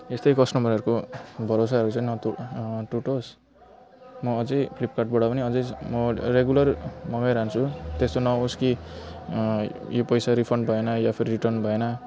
यस्तै कस्टमरहरूको भरोसाहरू चाहिँ नतोड् टुटोस् म अझ फ्लिपकार्टबाट पनि अझ म रेगुलर मगाइरहन्छु त्यस्तो नहोस् कि यो पैसा रिफन्ड भएन वा फेरि रिटर्न भएन